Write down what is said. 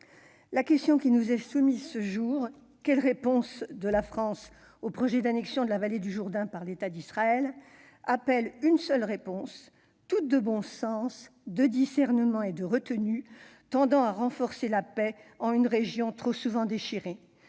La question qui nous est soumise aujourd'hui- quelle réponse de la France au projet d'annexion de la vallée du Jourdain par l'État d'Israël ? -appelle une seule réponse, toute de bon sens, de discernement et de retenue, afin de renforcer la paix dans une région trop souvent déchirée